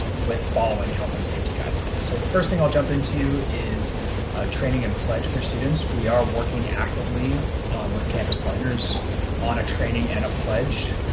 with following health and safety guidelines. so the first thing i'll jump into is training and pledge for students. we are working actively um with campus partners on a training and a pledge.